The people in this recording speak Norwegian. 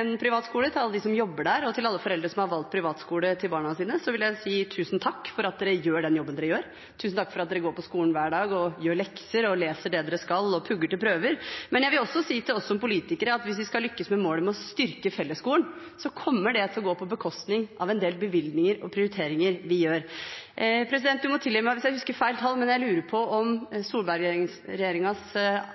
en privat skole, til alle dem som jobber der, og til alle foreldre som har valgt privatskole for barna sine, vil jeg si: Tusen takk for at dere gjør den jobben dere gjør. Tusen takk for at dere går på skolen hver dag, gjør lekser, leser det dere skal, og pugger til prøver. Men jeg vil også si til oss som politikere at hvis vi skal lykkes med målet om å styrke fellesskolen, kommer det til å gå på bekostning av en del bevilgninger og prioriteringer vi gjør. President, du må tilgi meg hvis jeg husker feil tall, men jeg lurer på om